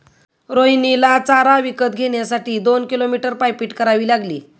रोहिणीला चारा विकत घेण्यासाठी दोन किलोमीटर पायपीट करावी लागली